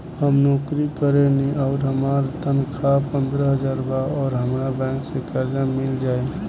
हम नौकरी करेनी आउर हमार तनख़ाह पंद्रह हज़ार बा और हमरा बैंक से कर्जा मिल जायी?